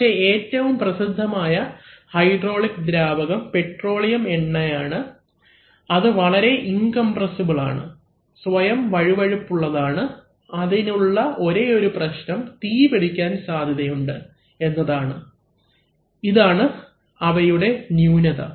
പക്ഷേ ഏറ്റവും പ്രസിദ്ധമായ ഹൈഡ്രോളിക് ദ്രാവകം പെട്രോളിയം എണ്ണ ആണ് അത് വളരെ ഇൻകംപ്രെസ്സിബിൽ ആണ് സ്വയം വഴുവഴുപ്പുള്ളതാണ് അതിനുള്ള ഒരേയൊരു പ്രശ്നം തീപിടിക്കാൻ സാധ്യതയുണ്ട് എന്നതാണ് അതാണ് ഇവയുടെ ന്യൂനത